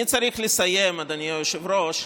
אני צריך לסיים, אדוני היושב-ראש,